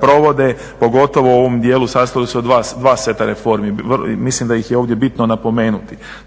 provode pogotovo u ovom dijelu sastoje se od dva seta reformi. Mislim da ih je ovdje bitno napomenuti,